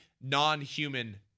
non-human